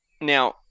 Now